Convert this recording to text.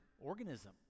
organism